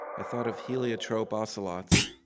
i thought of heliotrope ocelots.